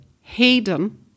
Hayden